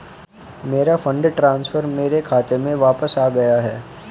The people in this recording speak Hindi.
मेरा फंड ट्रांसफर मेरे खाते में वापस आ गया है